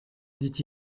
dit